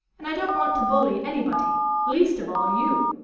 and i don't want to bully anybody least of all, you.